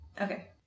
Okay